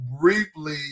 briefly